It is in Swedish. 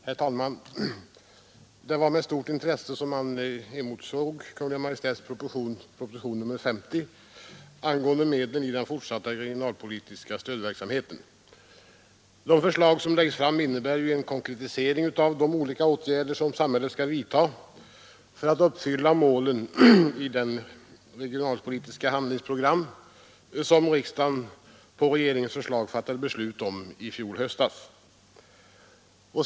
Herr talman! Det var med stort intresse man emotsåg Kungl. Maj:ts proposition nr 50, angående medlen i den fortsatta regionalpolitiska stödverksamheten. De förslag som läggs fram innebär en konkretisering av de olika åtgärder som samhället skall vidta för att uppfylla målen i det regionalpolitiska handlingsprogram som riksdagen på regeringens förslag fattade beslut om i fjol höstas.